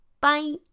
Bye